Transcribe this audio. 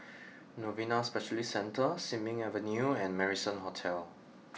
Novena Specialist Centre Sin Ming Avenue and Marrison Hotel